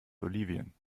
bolivien